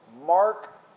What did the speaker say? Mark